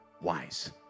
wise